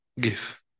give